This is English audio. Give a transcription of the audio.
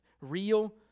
Real